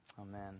Amen